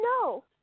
No